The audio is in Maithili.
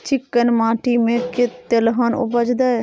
चिक्कैन माटी में तेलहन उपजतै?